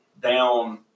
down